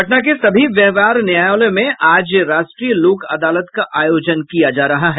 पटना के सभी व्यवहार न्यायालयों में आज राष्ट्रीय लोक अदालत का आयोजन किया जा रहा है